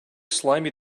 slimy